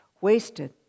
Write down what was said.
wasted